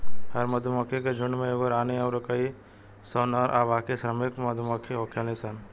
हर मधुमक्खी के झुण्ड में एगो रानी अउर कई सौ नर आ बाकी श्रमिक मधुमक्खी होखेली सन